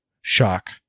shock